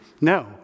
No